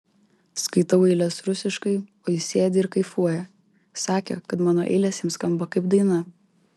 skaitau eiles rusiškai o jis sėdi ir kaifuoja sakė kad mano eilės jam skamba kaip daina